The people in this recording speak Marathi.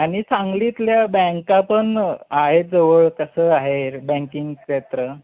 आणि सांगलीतल्या बँका पण आहे जवळ कसं आहे बँकिंग क्षेत्र